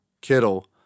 Kittle